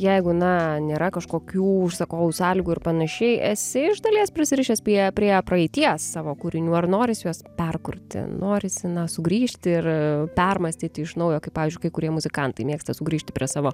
jeigu na nėra kažkokių užsakovų sąlygų ir panašiai esi iš dalies prisirišęs prie prie praeities savo kūrinių ar norisi juos perkurti norisi na sugrįžti ir permąstyti iš naujo kaip pavyzdžiui kai kurie muzikantai mėgsta sugrįžti prie savo